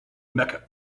mecca